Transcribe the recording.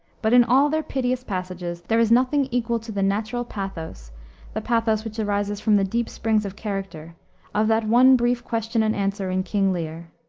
but in all their piteous passages there is nothing equal to the natural pathos the pathos which arises from the deep springs of character of that one brief question and answer in king lear.